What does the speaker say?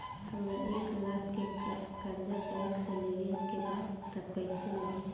हमरा एक लाख के कर्जा बैंक से लेवे के बा त कईसे मिली?